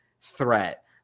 threat